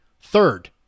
third